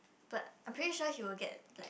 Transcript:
but I'm pretty sure he will get like